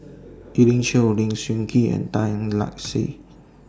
Elim Chew Lim Sun Gee and Tan Lark Sye